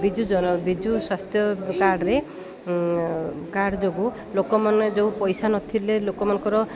ବିଜୁ ବିଜୁ ସ୍ୱାସ୍ଥ୍ୟ କାର୍ଡ୍ରେ କାର୍ଡ୍ ଯୋଗୁଁ ଲୋକମାନେ ଯୋଉ ପଇସା ନଥିଲେ ଲୋକମାନଙ୍କର